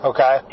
Okay